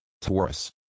Taurus